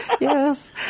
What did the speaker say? yes